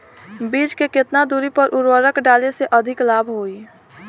बीज के केतना दूरी पर उर्वरक डाले से अधिक लाभ होई?